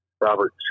Robert